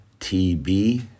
TB